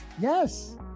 yes